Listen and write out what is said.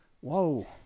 Whoa